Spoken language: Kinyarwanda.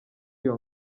iyo